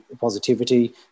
positivity